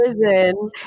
prison